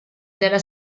della